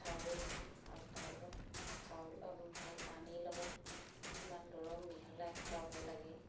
চাউল আৰু তাৰ লগত চাউল হেৰি পানীৰ লগত কিছুমান দৰৱ মিহলাই খোৱাব লাগে